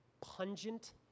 pungent